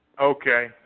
Okay